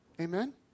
Amen